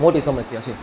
મોટી સમસ્યા છે